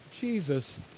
Jesus